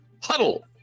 huddle